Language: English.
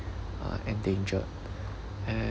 uh endangered